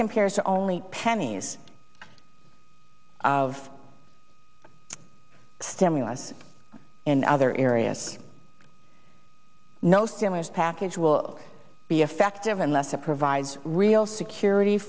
compared to only pennies of stimulus in other areas no stimulus package will be effective unless it provides real security